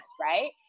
right